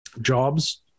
Jobs